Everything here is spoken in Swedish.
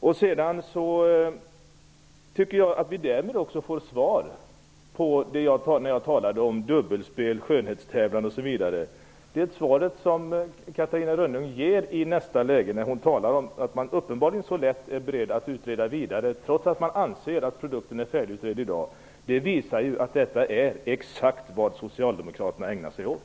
Vi får därmed också svar på det jag sade om dubbelspel och skönhetstävlan. Catarina Rönnung ger det svaret när hon säger att man uppenbarligen är beredd att utreda vidare, trots att man anser att produkten är färdigutredd i dag. Det visar att detta är exakt vad socialdemokraterna ägnar sig åt.